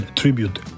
tribute